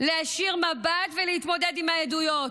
להישיר מבט ולהתמודד עם העדויות.